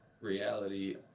reality